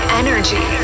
energy